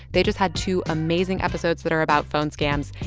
they just had two amazing episodes that are about phone scams.